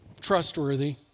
trustworthy